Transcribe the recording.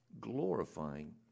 glorifying